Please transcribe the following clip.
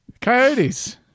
Coyotes